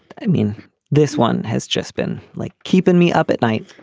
i mean this one has just been like keeping me up at night.